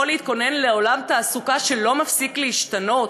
להתכונן לעולם תעסוקה שלא מפסיק להשתנות?